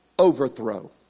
Overthrow